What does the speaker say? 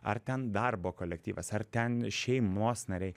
ar ten darbo kolektyvas ar ten šeimos nariai